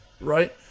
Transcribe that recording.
right